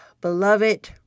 Beloved